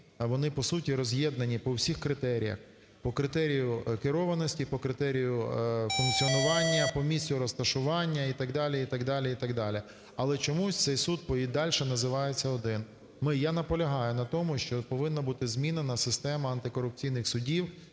вони, по суті, роз'єднанні по всіх критеріях: по критерію керованості і по критерію функціонування, по місцю розташування і так далі, і так далі, і так далі. Але чомусь цей суд і дальше називається один… Я наполягаю на тому, що повинна бути змінена система антикорупційних судів